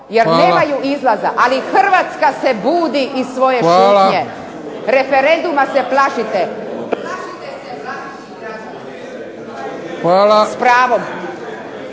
jer nemaju izlaza. Ali Hrvatska se budi iz svoje šutnje. Referenduma se plašite. ...